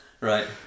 right